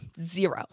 Zero